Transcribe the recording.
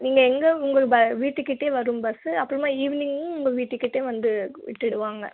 நீங்கள் எங்கே உங்கள் வீட்டுக்கிட்டே வரும் பஸ்ஸு அப்புறமா ஈவ்னிங்கும் உங்கள் வீட்டுக்கிட்டே வந்து விட்டுவிடுவாங்க